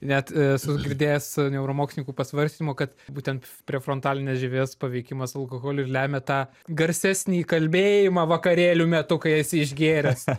net esu girdėjęs neuromokslininkų pasvarstymų kad būtent prefrontalinės žievės paveikimas alkoholiu ir lemia tą garsesnį kalbėjimą vakarėlių metu kai esi išgėręs